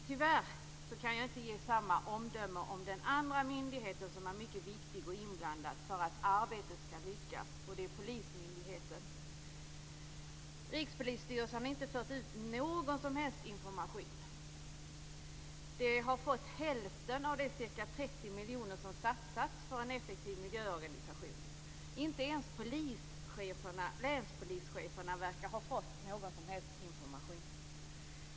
Tyvärr kan jag inte ge samma omdöme om den andra myndigheten som är mycket viktig för att arbetet ska lyckas, nämligen polismyndigheten. Rikspolisstyrelsen har inte fört ut någon som helst information. Man har fått hälften av de ca 30 miljoner som satsats på en effektiv miljöorganisation. Inte ens länspolischeferna verkar ha fått någon som helst information.